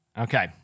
Okay